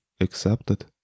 accepted